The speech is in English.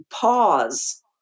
pause